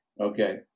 okay